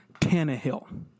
Tannehill